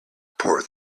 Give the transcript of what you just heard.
poor